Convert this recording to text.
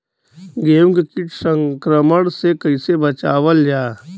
गेहूँ के कीट संक्रमण से कइसे बचावल जा?